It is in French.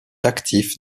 actif